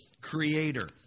Creator